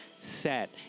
set